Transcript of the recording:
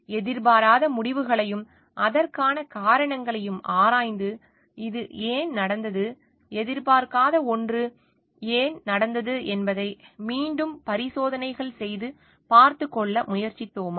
எதிர்பாராத முடிவுகளையும் அதற்கான காரணங்களையும் ஆராய்ந்து இது ஏன் நடந்தது எதிர்பார்க்காத ஒன்று ஏன் நடந்தது என்பதை மீண்டும் பரிசோதனைகள் செய்து பார்த்துக்கொள்ள முயற்சித்தோமா